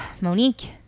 Monique